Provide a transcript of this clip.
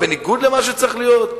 בניגוד למה שצריך להיות,